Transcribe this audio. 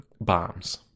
bombs